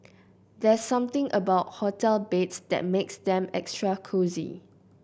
there's something about hotel beds that makes them extra cosy